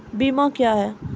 बीमा क्या हैं?